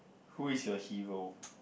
who is your hero